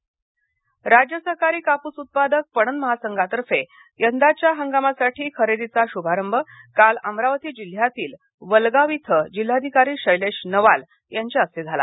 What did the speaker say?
काप्सखरेदी राज्य सहकारी कापूस उत्पादक पणन महासंघातर्फे यंदाच्या हंगामासाठी खरेदीचा शुभारंभ काल अमरावती जिल्ह्यातील वलगाव इथं जिल्हाधिकारी नवाल यांच्या हस्ते झाला